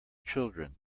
children